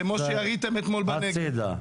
כמו שיריתם אתמול בנגב.